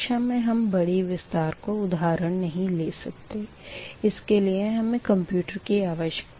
कक्षा में हम बड़ी विस्तार का उधारण नही ले सकते उसके लिए हमें कम्प्यूटर की आवश्यकता पड़ेगी